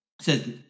says